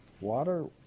Water